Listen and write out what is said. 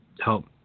help